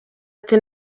ati